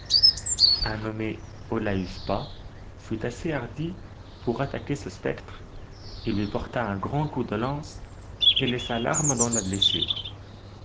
un nommé olaüs pa fut assez hardi pour attaquer ce spectre il lui porta un grand coup de lance et laissa l'arme dans la blessure